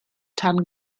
tan